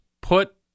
put